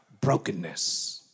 brokenness